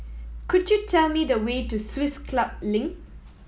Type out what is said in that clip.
could you tell me the way to Swiss Club Link